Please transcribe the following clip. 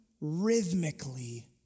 rhythmically